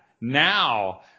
Now